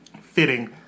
Fitting